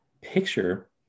picture